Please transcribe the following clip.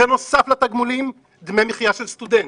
ובנוסף לתגמולים אנחנו משלמים להם דמי מחיה של סטודנט.